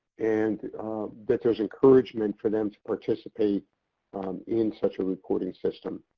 and that there's encouragement for them to participate in such a reporting system.